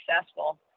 successful